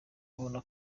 abona